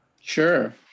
Sure